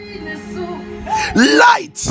light